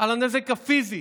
על הנזק הפיזי,